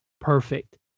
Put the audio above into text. perfect